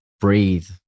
breathe